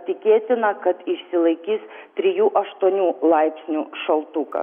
tikėtina kad išsilaikys trijų aštuonių laipsnių šaltuka